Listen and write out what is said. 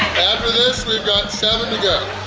after this, we've got seven to go!